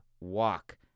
walk